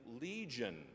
legion